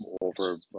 over